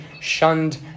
shunned